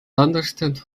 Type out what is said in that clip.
understand